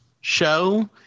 show